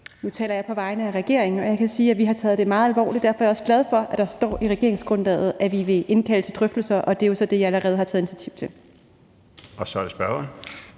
Nu taler jeg på vegne af regeringen, og jeg kan sige, at vi har taget det meget alvorligt. Derfor er jeg også glad for, at der står i regeringsgrundlaget, at vi vil indkalde til drøftelser. Og det er jo så det, jeg allerede har taget initiativ til. Kl. 17:26 Den fg.